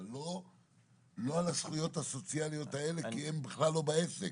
אבל לא על הזכויות הסוציאליות האלה כי הן בכלל לא בעסק.